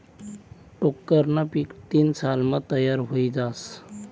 टोक्करनं पीक तीन सालमा तयार व्हयी जास